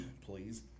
please